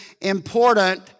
important